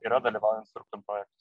yra dalyvaujant struktum projektuose